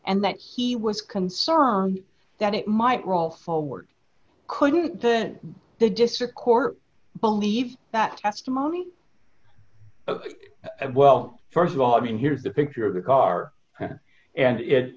and that he was concerned that it might roll forward couldn't the the district court believe that testimony well st of all i mean here's the picture of the car and it